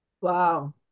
Wow